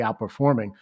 outperforming